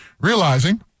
realizing